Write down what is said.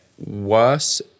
worse